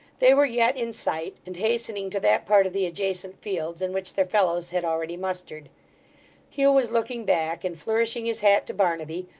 they were yet in sight, and hastening to that part of the adjacent fields in which their fellows had already mustered hugh was looking back, and flourishing his hat to barnaby,